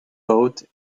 vote